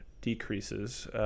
decreases